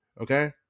okay